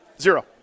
Zero